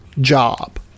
job